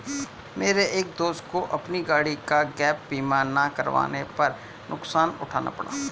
मेरे एक दोस्त को अपनी गाड़ी का गैप बीमा ना करवाने पर नुकसान उठाना पड़ा